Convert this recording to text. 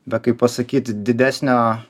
be kaip pasakyt didesnio